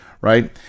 right